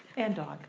and